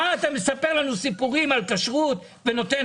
מה אתה מספר לנו סיפורים על כשרות ונותן